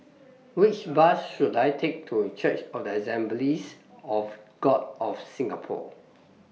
Which Bus should I Take to Church of The Assemblies of God of Singapore